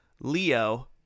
Leo